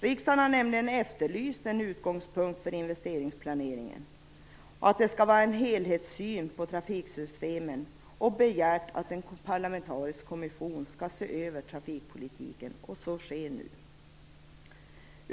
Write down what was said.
Riksdagen har nämligen efterlyst att utgångspunkten för investeringsplaneringen skall vara en helhetssyn på trafiksystemen och begärt att en parlamentarisk kommission skall se över trafikpolitiken, och så sker nu.